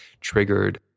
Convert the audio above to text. triggered